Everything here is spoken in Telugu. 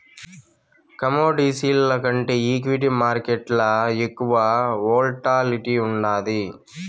కమోడిటీస్ల కంటే ఈక్విటీ మార్కేట్లల ఎక్కువ వోల్టాలిటీ ఉండాది